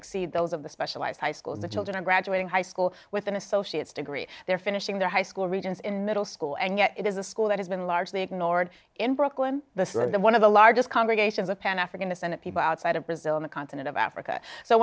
exceed those of the specialized high school the children are graduating high school with an associate's degree they're finishing their high school regents in middle school and yet it is a school that has been largely ignored in brooklyn one of the largest congregations of pan african descent people outside of brazil in the continent of africa so